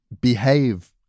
behave